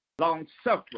long-suffering